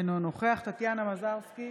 אינו נוכח טטיאנה מזרסקי,